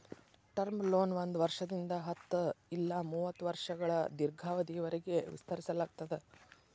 term loan ಒಂದ್ ವರ್ಷದಿಂದ ಹತ್ತ ಇಲ್ಲಾ ಮೂವತ್ತ ವರ್ಷಗಳ ದೇರ್ಘಾವಧಿಯವರಿಗಿ ವಿಸ್ತರಿಸಲಾಗ್ತದ